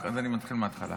אז אני מתחיל מההתחלה.